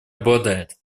обладает